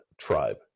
tribe